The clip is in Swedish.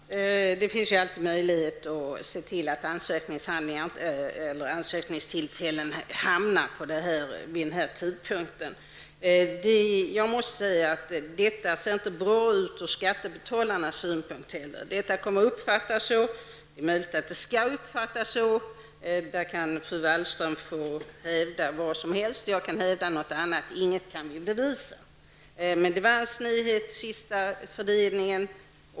Herr talman! Det finns ju en möjlighet att se till att ansökningstillfällena inte inträffar vid den här tidpunkten. Jag måste säga att det här inte heller ser bra ut från skattebetalarnas synpunkt. Det kommer att uppfattas på ett visst sätt, och det är möjligt att det skall uppfattas så. Fru Wallström kan hävda vad som helst, och jag kan hävda någonting annat. Ingenting kan bevisas. Det var alltså den sista fördelningen.